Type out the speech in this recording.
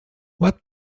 web